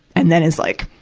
and then is, like,